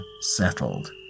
settled